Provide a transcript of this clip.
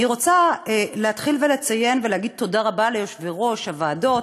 אני רוצה להתחיל ולציין ולהגיד תודה רבה ליושבי-ראש הוועדות